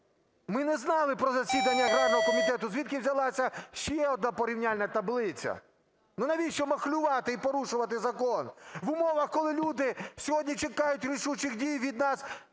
Ми не знали про засідання аграрного комітету. Звідки взялася ще одна порівняльна таблиця? Навіщо махлювати і порушувати закон в умовах, коли люди сьогодні чекають рішучих дій від нас